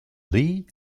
lee